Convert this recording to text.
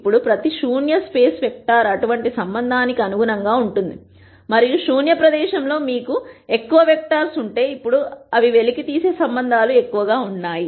ఇప్పుడు ప్రతి శూన్య స్పేస్ వెక్టర్ అటువంటి సంబంధానికి అనుగుణంగా ఉంటుంది మరియు శూన్య ప్రదేశం లో మీకు ఎక్కువ వెక్టర్స్ ఉంటే అప్పుడు మీరు వెలికితీసే సంబంధాలు ఎక్కువగా ఉన్నాయి